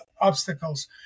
obstacles